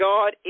God